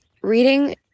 reading